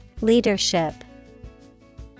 Leadership